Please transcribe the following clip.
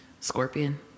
scorpion